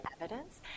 evidence